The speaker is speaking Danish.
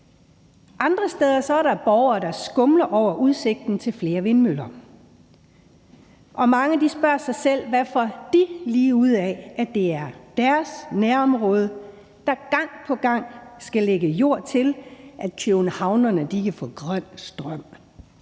Andre steder er der borgere, der skumler over udsigten til flere vindmøller, og mange spørger sig selv, hvad de lige får ud af, at det er deres nærområde, der gang på gang skal lægge jord til, at kjøbenhavnerne kan få grøn strøm.